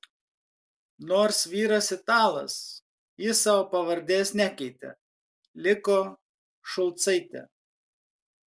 nors vyras italas ji savo pavardės nekeitė liko šulcaitė